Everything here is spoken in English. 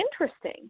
interesting